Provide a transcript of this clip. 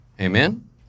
amen